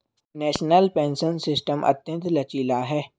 national pension system अत्यंत लचीला है